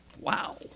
Wow